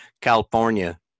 California